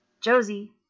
Josie